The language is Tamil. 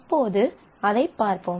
இப்போது அதைப் பார்ப்போம்